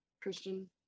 christian